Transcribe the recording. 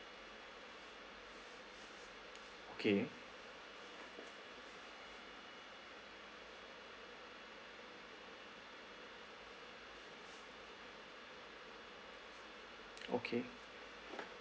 okay okay